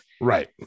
Right